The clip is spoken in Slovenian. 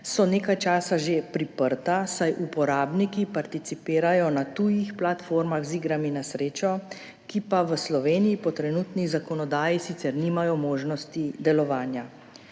so nekaj časa že priprta, saj uporabniki participirajo na tujih platformah z igrami na srečo, ki pa v Sloveniji po trenutni zakonodaji sicer nimajo možnosti delovanja.